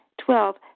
Twelve